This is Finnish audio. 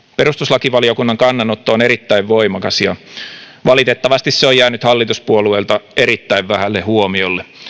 perustuslakivaliokunnan kannanotto on kyllä erittäin voimakas ja valitettavasti se on jäänyt hallituspuolueilta erittäin vähälle huomiolle